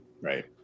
Right